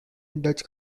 dutch